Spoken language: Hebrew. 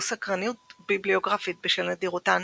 עוררו סקרנות ביבליוגרפית בשל נדירותן,